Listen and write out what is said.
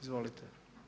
Izvolite.